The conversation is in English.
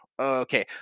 Okay